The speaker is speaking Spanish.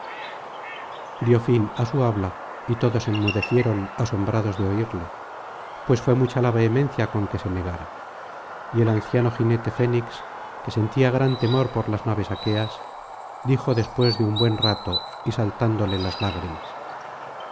dio fin á su habla y todos enmudecieron asombrados de oirle pues fué mucha la vehemencia con que se negara y el anciano jinete fénix que sentía gran temor por las naves aqueas dijo después de un buen rato y saltándole las lágrimas